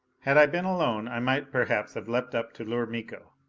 had i been alone, i might perhaps have leapt up to lure miko.